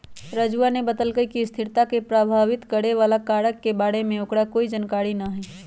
राजूवा ने बतल कई कि स्थिरता के प्रभावित करे वाला कारक के बारे में ओकरा कोई जानकारी ना हई